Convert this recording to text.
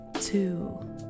two